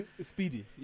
Speedy